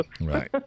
Right